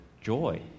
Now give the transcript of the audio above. joy